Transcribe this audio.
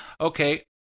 Okay